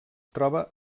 troba